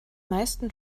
meisten